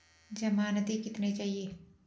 ज़मानती कितने चाहिये?